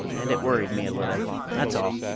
and it worried me a little that's all.